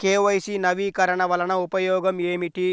KYC నవీకరణ వలన ఉపయోగం ఏమిటీ?